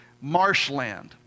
marshland